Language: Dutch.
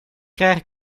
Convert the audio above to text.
krijgen